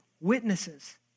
witnesses